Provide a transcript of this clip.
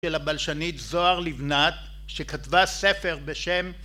של הבלשנית זוהר לבנת שכתבה ספר בשם...